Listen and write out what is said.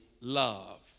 love